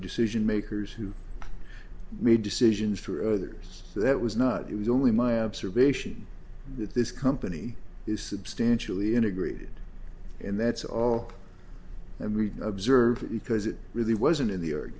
decision makers who made decisions through others that was not it was only my observation that this company is substantially integrated and that's all i read observantly because it really wasn't in the